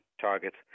targets